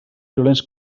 llorenç